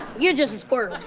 you're just a squirrel.